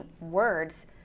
words